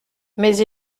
mais